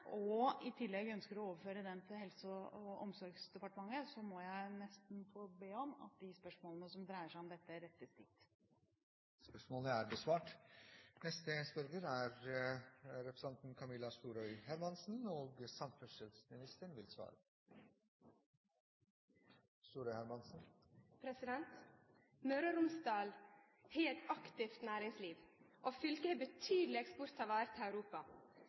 og i tillegg ønsker å overføre den til Helse- og omsorgsdepartementet, må jeg nesten få be om at de spørsmålene som dreier seg om dette, rettes dit. Dette spørsmålet bortfaller, da spørreren ikke er til stede. «Møre og Romsdal har eit aktivt næringsliv, og fylket har betydeleg eksport av varer til Europa.